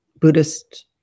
Buddhist